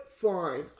fine